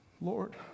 Lord